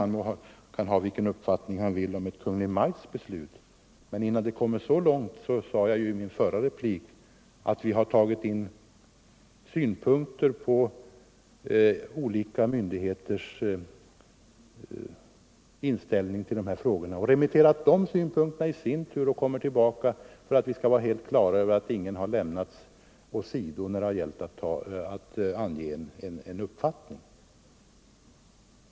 Han må ha vilken uppfattning han vill om Kungl. Maj:ts beslut, men innan ärendet kommer så långt har vi — det sade jag i min förra replik — inhämtat synpunkter i frågan från olika myndigheter och remitterat dessa synpunkter i sin tur, för att vara helt säkra på att alla har fått framföra sin uppfattning och ingen lämnats åsido.